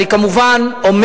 אני כמובן אומר: